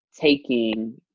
taking